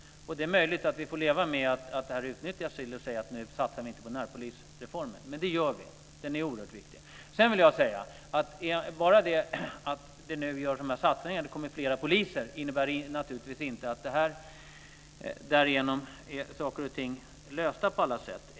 Det är möjligt att vi får leva med att man utnyttjar detta till att säga att vi nu inte satsar på närpolisreformen. Men det gör vi. Den är oerhört viktig. Sedan vill jag säga att bara det att vi nu gör dessa satsningar och att det kommer fler poliser naturligtvis inte innebär att saker och ting är lösta på alla sätt.